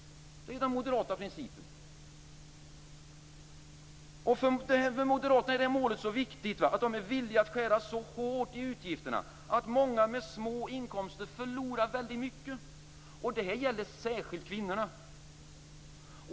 Det är ju den moderata principen. För Moderaterna är det målet så viktigt att de är villiga att skära så hårt i utgifterna att många med små inkomster förlorar väldigt mycket. Det gäller särskilt kvinnorna.